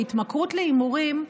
שהתמכרות להימורים,